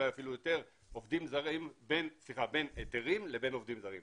אולי אפילו יותר בין היתרים לבין עובדים זרים.